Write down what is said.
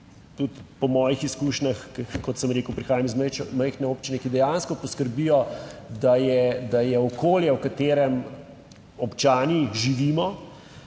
tudi po mojih izkušnjah, kot sem rekel, prihajam iz majhne občine, ki dejansko poskrbijo, da je, da je okolje v katerem občani živimo